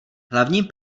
hlavní